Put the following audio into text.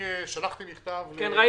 הצלחת להרגיז אותי היום.